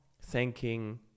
thanking